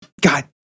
god